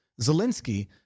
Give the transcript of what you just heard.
Zelensky